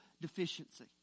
deficiency